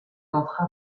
tentera